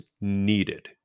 needed